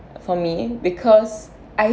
for me because I